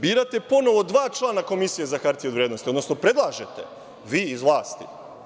Birate ponovo dva člana Komisije za hartije od vrednosti, odnosno predlažete, vi iz vlasti.